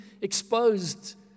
exposed